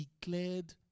declared